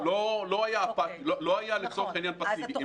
לא היה לצורך העניין פסיבי.